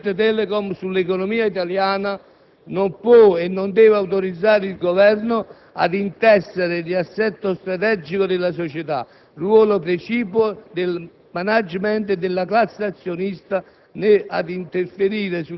Non dimentichiamo che il riscontro imponente delle scelte Telecom sull'economia italiana non può e non deve autorizzare il Governo ad intessere il riassetto strategico della società, ruolo precipuo del